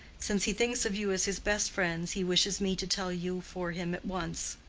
since he thinks of you as his best friends, he wishes me to tell you for him at once.